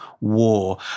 war